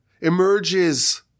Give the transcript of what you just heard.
emerges